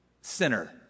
sinner